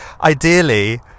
ideally